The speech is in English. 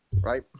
right